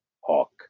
Hawk